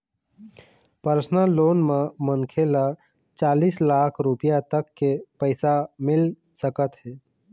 personal loan म मनखे ल चालीस लाख रूपिया तक के पइसा मिल सकत हे